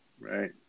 Right